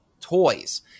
toys